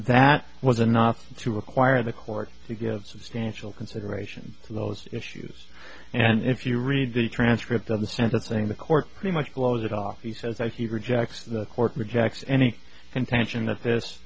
that was enough to require the court to give substantial consideration to those issues and if you read the transcript of the sentencing the court pretty much blows it off he says as he rejects the court rejects any contention that